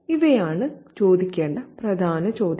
ഇവയാണ് ചോദിക്കേണ്ട പ്രധാന ചോദ്യങ്ങൾ